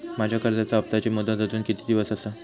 माझ्या कर्जाचा हप्ताची मुदत अजून किती दिवस असा?